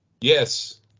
Yes